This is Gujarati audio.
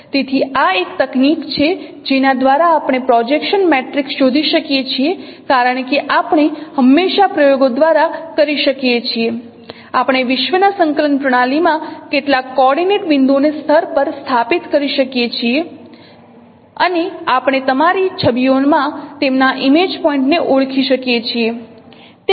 તેથી આ એક તકનીક છે જેના દ્વારા આપણે પ્રોજેક્શન મેટ્રિક્સ શોધી શકીએ છીએ કારણ કે આપણે હંમેશા પ્રયોગો દ્વારા કરી શકીએ છીએ આપણે વિશ્વના સંકલન પ્રણાલીમાં કેટલાક કોર્ડીનેટ બિંદુઓને સ્તર પર સ્થાપિત કરી શકીએ છીએ અને આપણે તમારી છબીઓમાં તેમના ઈમેજપોઇન્ટ ને ઓળખી શકીએ છીએ